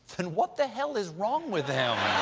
then what the hell is wrong with him?